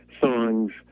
songs